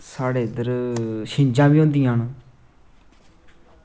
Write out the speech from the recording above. साढ़े इद्धर छिंज्झां बी होंदियां